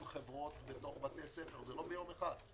חברות בתוך בתי הספר זה לא ביום אחד.